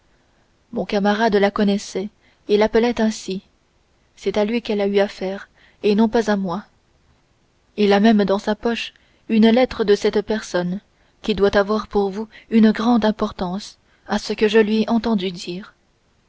mon camarade la connaissait et l'appelait ainsi c'est à lui qu'elle a eu affaire et non pas à moi il a même dans sa poche une lettre de cette personne qui doit avoir pour vous une grande importance à ce que je lui ai entendu dire